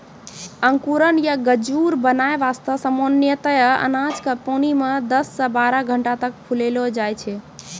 अंकुरण या गजूर बनाय वास्तॅ सामान्यतया अनाज क पानी मॅ दस सॅ बारह घंटा तक फुलैलो जाय छै